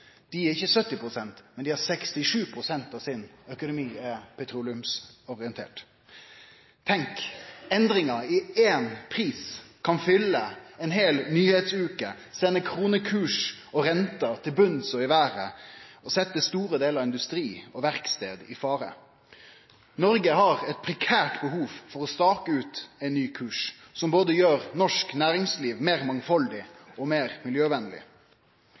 Dei har ikkje 70 pst., men 67 pst. av sin økonomi petroleumsorientert. Tenk, endringar i éin pris kan fylle ei heil nyheitsveke, sende kronekurs og renta til botn og i vêret og setje store delar av industrien og verkstader i fare. Noreg har eit prekært behov for å stake ut ein ny kurs, som gjer norsk næringsliv både meir mangfaldig og meir miljøvenleg.